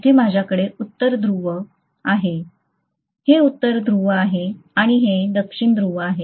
येथे माझ्याकडे उत्तर ध्रुव आहे हे उत्तर ध्रुव आहे आणि हे दक्षिण ध्रुव आहे